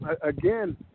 Again